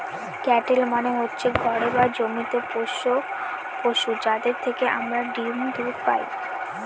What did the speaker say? cattle মানে হচ্ছে ঘরে বা জমিতে পোষ্য পশু, যাদের থেকে আমরা ডিম দুধ পায়